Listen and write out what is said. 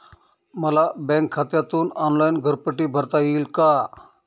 मला बँक खात्यातून ऑनलाइन घरपट्टी भरता येईल का?